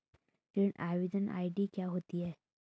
ऋण आवेदन आई.डी क्या होती है?